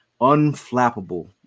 unflappable